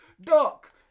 Doc